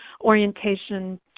orientation